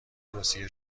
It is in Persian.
توصیه